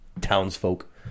townsfolk